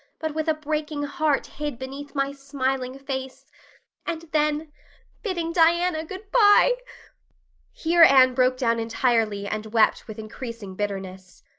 but with a breaking heart hid beneath my smiling face and then bidding diana goodbye-e-e here anne broke down entirely and wept with increasing bitterness.